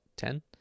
Ten